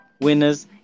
winners